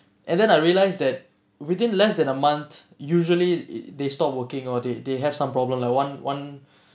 and then I realise that within less than a month usually they stop working or they they have some problem like one one